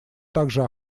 также